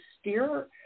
steer